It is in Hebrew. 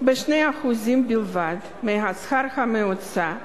ב-2% בלבד מהשכר הממוצע,